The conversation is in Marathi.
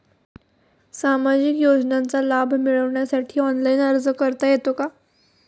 सामाजिक योजनांचा लाभ मिळवण्यासाठी ऑनलाइन अर्ज करता येतो का?